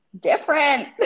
different